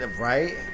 right